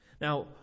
Now